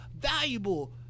valuable